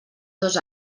dos